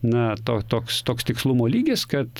na to toks toks tikslumo lygis kad